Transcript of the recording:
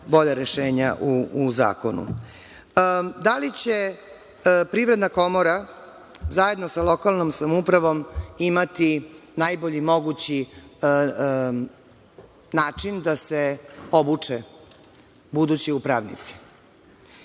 bolja rešenja u zakonu. Da li će Privredna komora zajedno sa lokalnom samoupravom imati najbolji mogući način da se obuče budući upravnici?